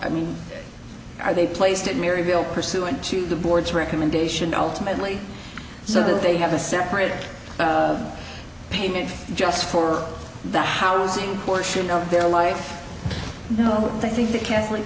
i mean are they placed in maryville pursuant to the board's recommendation ultimately so that they have a separate payment just for the housing portion of their life the i think the catholic